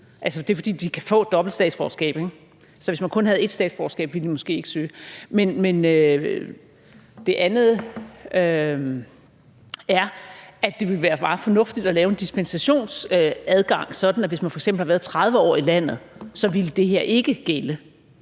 altså, fordi de kan få dobbelt statsborgerskab. Så hvis man kun havde et statsborgerskab, ville man måske ikke søge. Det er det ene. Det andet er, at det ville være meget fornuftigt at lave en dispensationsadgang, sådan at hvis man f.eks. havde været 30 år i landet, ville det her ikke gælde,